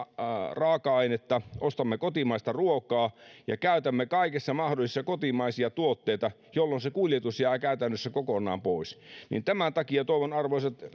raaka ainetta saamme kotomaasta ostamme kotimaista ruokaa ja käytämme kaikessa mahdollisessa kotimaisia tuotteita jolloin se kuljetus jää käytännössä kokonaan pois tämän takia tervehdin arvoisat